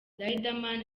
riderman